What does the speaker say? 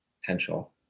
potential